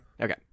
okay